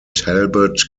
talbot